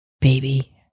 baby